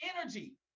energy